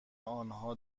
آنها